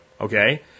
okay